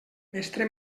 mestre